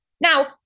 Now